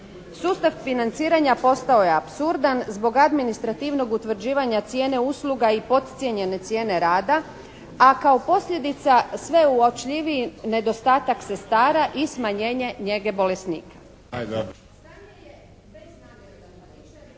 Sustav financiranja postao je apsurdan zbog administrativnog utvrđivanja cijene usluga i potcijenjene cijene rada a kao posljedica sve uočljivi nedostatak zastara i smanjenje njege bolesnica.